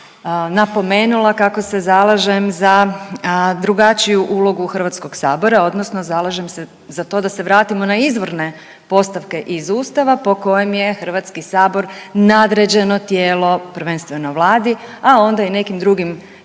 napomenula kako se zalažem za drugačiju ulogu HS-a odnosno zalažem se za to da se vratimo na izvorne postavke iz Ustava po kojem je HS nadređeno tijelo prvenstveno Vladi, a onda i nekim drugim